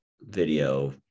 video